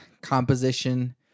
composition